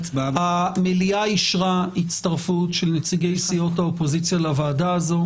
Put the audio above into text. המליאה אישרה הצטרפות של נציגי סיעות האופוזיציה לוועדה הזאת,